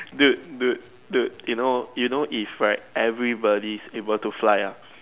dude dude dude you know you know if right everybody is able to fly ya